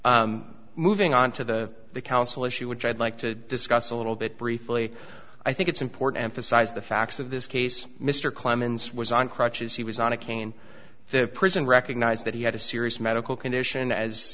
moving on to the counsel issue which i'd like to discuss a little bit briefly i think it's important emphasize the facts of this case mr clemens was on crutches he was on a cane the prison recognized that he had a serious medical condition as